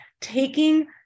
Taking